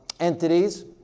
entities